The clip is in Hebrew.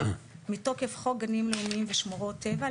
מתוקף חוק גנים לאומיים ושמורות טבע,